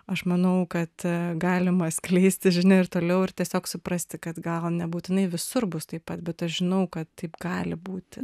aš manau kad galima skleisti žinią ir toliau ir tiesiog suprasti kad gal nebūtinai visur bus taip pat bet aš žinau kad taip gali būti